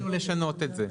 ביקשנו לשנות את זה.